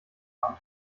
band